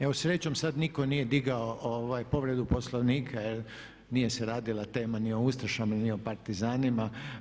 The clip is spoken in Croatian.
Evo srećom sad nitko nije digao povredu Poslovnika, jer nije se radila tema ni o ustašama, ni o partizanima.